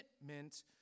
commitment